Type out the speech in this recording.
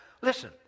Listen